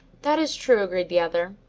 that is true, agreed the other,